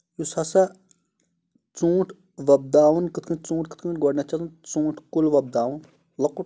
یُس ہسا ژوٗنٛٹھ وۄپداوُن کتھ کٔنۍ ژوٗنٛٹھ کِتھ کَنۍ گۄڈٕنیتھ چھُ آسان ژوٗنٛٹھ کُل وۄپداوُن لۄکُٹ